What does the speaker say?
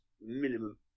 minimum